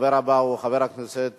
הדובר הבא הוא חבר הכנסת